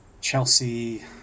Chelsea